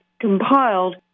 compiled